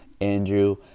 Andrew